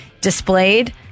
displayed